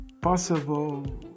possible